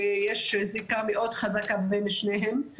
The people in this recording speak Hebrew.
ויש זיקה מאוד חזקה בין שניהם.